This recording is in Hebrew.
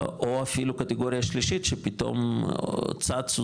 או אפילו קטגוריה שלישית שפתאום צצו